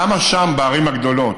למה שם, בערים הגדולות,